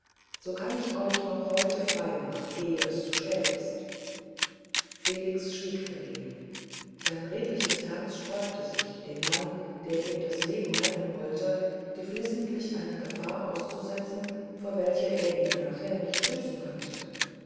so kann ich euch noch frei machen ehe es zu spät ist felix schwieg verlegen sein redliches herz sträubte sich den mann der ihm das leben retten wollte geflissentlich einer gefahr auszusetzen vor welcher er ihn nachher nicht schützen könnte